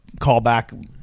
callback